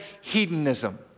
hedonism